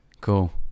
Cool